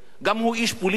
גם הוא איש פוליטי?